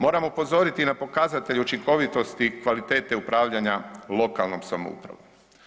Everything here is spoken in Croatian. Moram upozoriti na pokazatelje učinkovitosti kvalitete upravljanja lokalnom samoupravom.